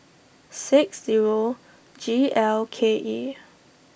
six zero G L K E